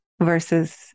versus